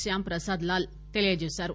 శ్యాంప్రసాద్ లాల్ తెలిపారు